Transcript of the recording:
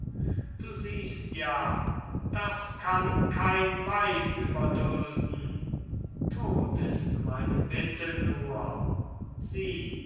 du siehst ja das kann kein weib überdulden tod ist meine bitte nur sieh